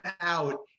out